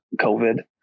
COVID